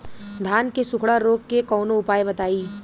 धान के सुखड़ा रोग के कौनोउपाय बताई?